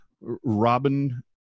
robin